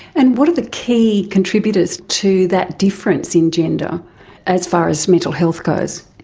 and what are the key contributors to that difference in gender as far as mental health goes?